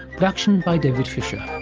production by david fisher.